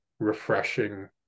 Refreshing